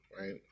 right